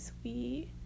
sweet